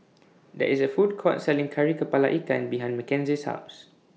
There IS A Food Court Selling Kari Kepala Ikan behind Mckenzie's House